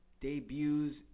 debuts